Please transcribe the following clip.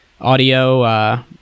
audio